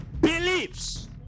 believes